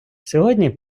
сьогодні